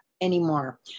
anymore